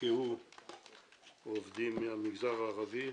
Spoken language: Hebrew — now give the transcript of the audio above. נפגעו עובדים מהמגזר הערבי.